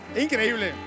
increíble